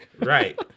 right